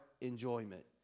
enjoyment